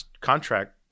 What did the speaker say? contract